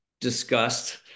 discussed